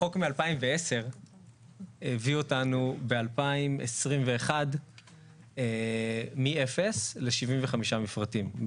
החוק מ-2010 הביא אותנו ב-2021 מאפס ל-75 מפרטים,